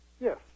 Yes